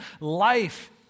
Life